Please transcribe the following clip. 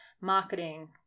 marketing